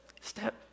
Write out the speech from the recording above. Step